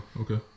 Okay